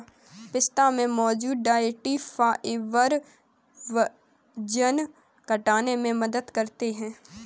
पिस्ता में मौजूद डायट्री फाइबर वजन घटाने में मदद करते है